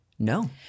No